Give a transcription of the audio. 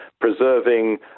preserving